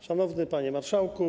Szanowny Panie Marszałku!